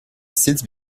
sits